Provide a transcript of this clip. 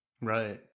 Right